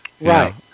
Right